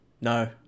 No